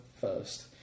first